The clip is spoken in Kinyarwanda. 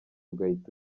ugahita